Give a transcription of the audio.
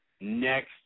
next